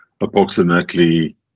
approximately